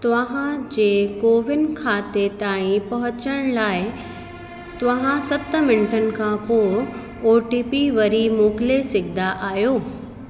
तव्हांजे कोविन खाते ताईं पहुचण लाइ तव्हां सत मिंटनि खां पोइ ओटीपी वरी मोकिले सघंदा आहियो